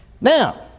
Now